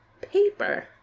paper